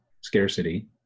scarcity